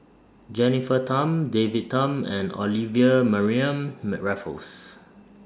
Jennifer Tham David Tham and Olivia Mariamne Raffles